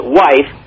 wife